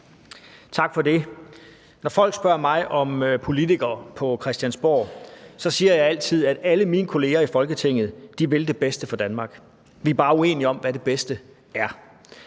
Tak for det. Når folk spørger mig om politikere på Christiansborg, siger jeg altid, at alle mine kolleger i Folketinget vil det bedste for Danmark. Vi er bare uenige om, hvad det bedste er.